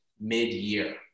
mid-year